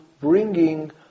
bringing